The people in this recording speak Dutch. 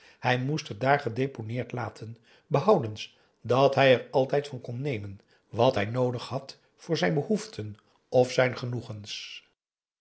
hij moest het daar gedeponeerd laten behoudens dat hij er altijd van kon nemen wat hij noodig had voor zijn behoeften of zijn genoegens